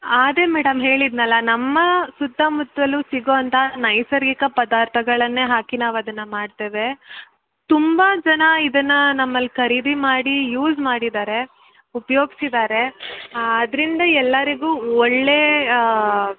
ಅದೇ ಮೇಡಮ್ ಹೇಳಿದೆನಲ್ಲ ನಮ್ಮ ಸುತ್ತಮುತ್ತಲೂ ಸಿಗುವಂಥ ನೈಸರ್ಗಿಕ ಪದಾರ್ಥಗಳನ್ನೇ ಹಾಕಿ ನಾವದನ್ನು ಮಾಡ್ತೇವೆ ತುಂಬ ಜನ ಇದನ್ನು ನಮ್ಮಲ್ಲಿ ಖರೀದಿ ಮಾಡಿ ಯೂಸ್ ಮಾಡಿದ್ದಾರೆ ಉಪಯೋಗ್ಸಿದ್ದಾರೆ ಅದರಿಂದ ಎಲ್ಲರಿಗೂ ಒಳ್ಳೆಯ